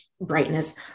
brightness